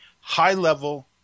high-level